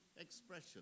expression